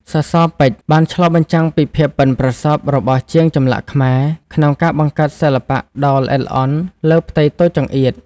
សសរពេជ្របានឆ្លុះបញ្ចាំងពីភាពប៉ិនប្រសប់របស់ជាងចម្លាក់ខ្មែរ ក្នុងការបង្កើតសិល្បៈដ៏ល្អិតល្អន់លើផ្ទៃតូចចង្អៀត។